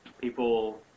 people